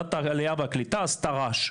ועדת העלייה והקליטה עשתה רעש.